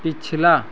पिछला